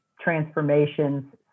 transformations